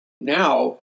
Now